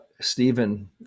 Stephen